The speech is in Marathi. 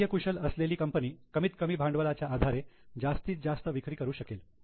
कार्यकुशल असलेली कंपनी कमीत कमी भांडवलाच्या आधारे जास्तीत जास्त विक्री करू शकेल